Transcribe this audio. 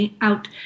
out